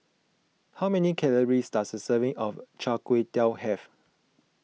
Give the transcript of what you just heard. how many calories does a serving of Char Kway Teow have